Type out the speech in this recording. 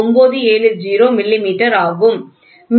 970 millimetre ஆகும்